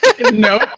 No